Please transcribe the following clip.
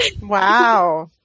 Wow